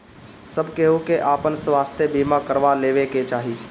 सब केहू के आपन स्वास्थ्य बीमा करवा लेवे के चाही